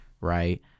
right